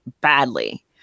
badly